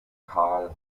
karl